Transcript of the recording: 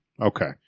Okay